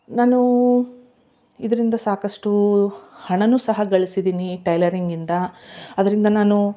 ನಾನು ಇದರಿಂದ ಸಾಕಷ್ಟು ಹಣನು ಸಹ ಗಳ್ಸಿದ್ದೀನಿ ಟೈಲರಿಂಗ್ ಇಂದ ಅದರಿಂದ ನಾನು